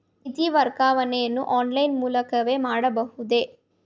ನಿಧಿ ವರ್ಗಾವಣೆಯನ್ನು ಆನ್ಲೈನ್ ಮೂಲಕವೇ ಮಾಡಬಹುದೇ?